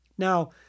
Now